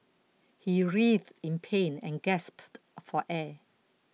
he writhed in pain and gasped for air